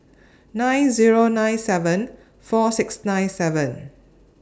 nine Zero nine seven four six nine seven